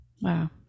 wow